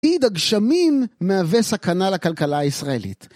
עיד הגשמים מהווה סכנה לכלכלה הישראלית.